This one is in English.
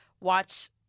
watch